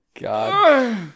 God